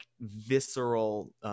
visceral